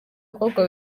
mukobwa